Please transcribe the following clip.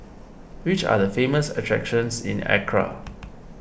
which are the famous attractions in Accra